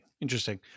Interesting